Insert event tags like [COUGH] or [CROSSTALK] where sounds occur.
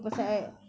[BREATH]